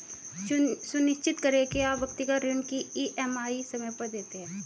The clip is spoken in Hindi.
सुनिश्चित करें की आप व्यक्तिगत ऋण की ई.एम.आई समय पर देते हैं